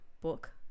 book